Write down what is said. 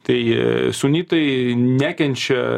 tai sunitai nekenčia